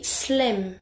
slim